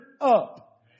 up